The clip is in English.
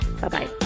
Bye-bye